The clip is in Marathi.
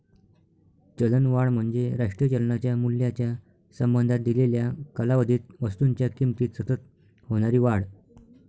चलनवाढ म्हणजे राष्ट्रीय चलनाच्या मूल्याच्या संबंधात दिलेल्या कालावधीत वस्तूंच्या किमतीत सतत होणारी वाढ